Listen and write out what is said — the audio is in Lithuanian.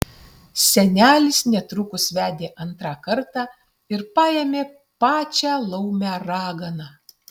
senelis netrukus vedė antrą kartą ir paėmė pačią laumę raganą